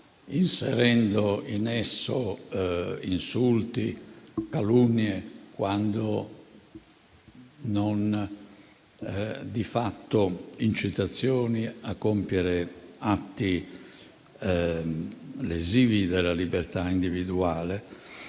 inserendovi insulti e calunnie quando non, di fatto, incitazioni a compiere atti lesivi della libertà individuale.